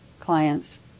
clients